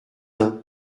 uns